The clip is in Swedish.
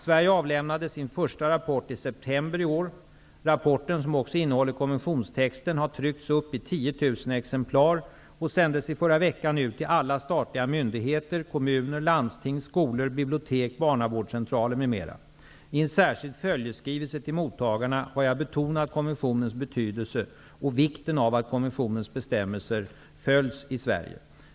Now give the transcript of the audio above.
Sverige avlämnade sin första rapport i september i år. Rapporten, som också innehåller konventionstexten, har tryckts upp i 10 000 exemplar och sändes förra veckan ut till alla statliga myndigheter, kommuner, landsting, skolor, bibliotek, barnavårdscentraler m.m. I en särskild följeskrivelse till mottagarna har jag betonat konventionens betydelse och vikten av att konventionens bestämmelser följs i Sverige.